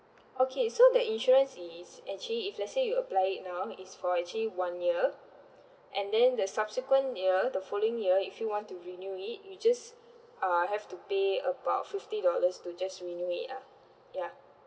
okay so the insurance is actually if let's say you apply it now it's for actually one year and then the subsequent year the following year if you want to renew it you just uh have to pay about fifty dollars to just renew it ah ya